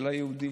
של היהודים.